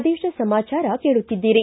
ಪ್ರದೇಶ ಸಮಾಚಾರ ಕೇಳುತ್ತಿದ್ದೀರಿ